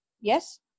Yes